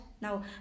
now